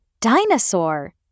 Dinosaur